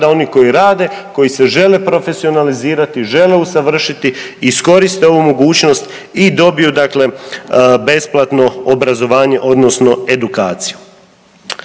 rada, oni koji rade koji se žele profesionalizirati, žele usavršiti iskoriste ovu mogućnost i dobiju dakle besplatno obrazovanje odnosno edukaciju.